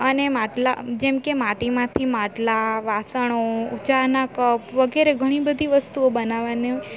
અને માટલા જેમકે માટીમાંથી માટલા વાસણો ચાના કપ વગેરે ઘણી બધી વસ્તુઓ બનાવવાની